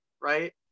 right